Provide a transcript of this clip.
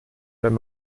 wenn